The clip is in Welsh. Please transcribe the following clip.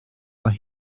mae